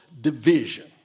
division